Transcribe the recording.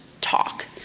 talk